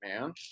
man